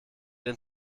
dem